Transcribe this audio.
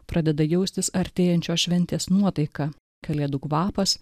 pradeda jaustis artėjančios šventės nuotaika kalėdų kvapas